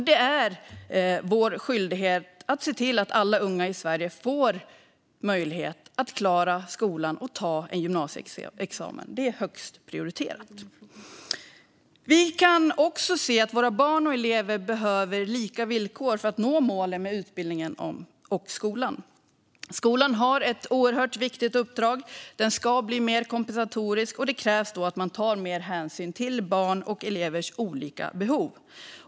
Det är vår skyldighet att se till att alla unga i Sverige får möjlighet att klara skolan och ta en gymnasieexamen. Det är högst prioriterat. Vi kan också se att våra barn och elever behöver lika villkor för att nå målen med utbildningen och skolan. Skolan har ett oerhört viktigt uppdrag. Den ska bli mer kompensatorisk. Det krävs då att man tar mer hänsyn till barns och elevers olika behov.